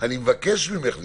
אני מבקש ממך לשאול.